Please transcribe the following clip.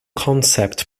concept